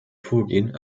vorgehen